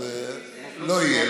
אז לא יהיה.